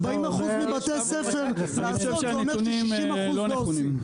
40% מבתי הספר זה אומר ש-60% לא עושים.